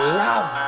love